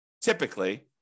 typically